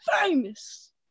famous